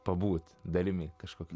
pabūti dalimi kažkokį